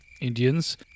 Indians